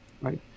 Right